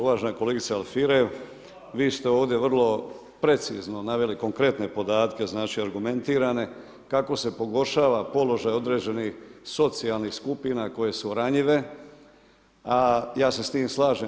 Uvažena kolegice Alfirev, vi ste ovdje vrlo precizno naveli konkretne podatke, znači argumentirane kako se pogoršava položaj određenih socijalnih skupina koje su ranjive a ja se sa time slažem.